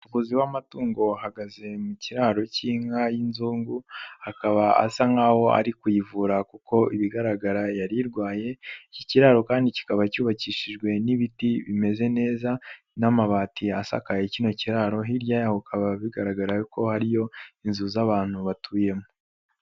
Umuvuzi w'amatungo ahagaze mu ikiraro cy'inka y'inzungu, akaba asa nkaho ari kuyivura kuko ibigaragara yari irwaye. Iki kiraro kandi kikaba cyubakishijwe n'ibiti bimeze neza n'amabati asakaye. Kino kiraro hirya yaho bikaba bigaragara ko hariyo inzu z'abantu batuyemo.